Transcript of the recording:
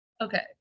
Okay